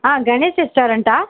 ஆ Ganesh ரெஸ்டாரண்டா